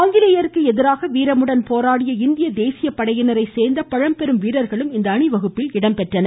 ஆங்கிலேயருக்கு எதிராக வீரமுடன் போராடிய இந்திய தேசிய படையினரை சேர்ந்த பழம்பெரும் வீரர்களும் இந்த அணிவகுப்பில் இடம்பெற்றனர்